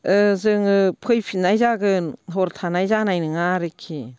जोङो फैफिन्नाय जागोन हर थानाय जानाय नङा आरोखि